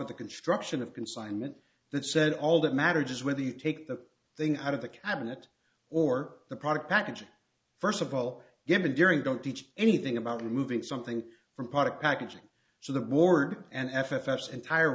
with the construction of consignment that said all that matters is whether you take the thing out of the cabinet or the product packaging first of all given during the don't teach anything about removing something from product packaging so the board and f f s entire